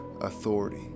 authority